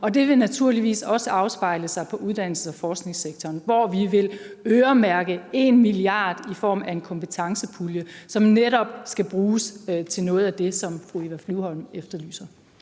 Og det vil naturligvis også afspejle sig i uddannelses- og forskningssektoren, hvor vi vil øremærke 1 mia. kr. i form af en kompetencepulje, som netop skal bruges til noget af det, som fru Eva Flyvholm efterlyser.